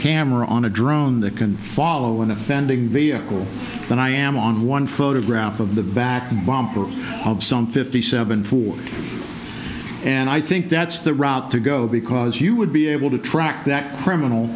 camera on a drone that can follow an offending vehicle than i am on one photograph of the back of some fifty seven and i think that's the route to go because you would be able to track that criminal